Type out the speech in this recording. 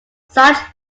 such